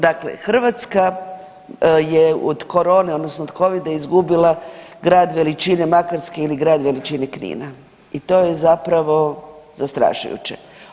Dakle, Hrvatska je od korone odnosno od Covida izgubila grad veličine Makarske ili grad veličine Knina i to je zapravo zastrašujuće.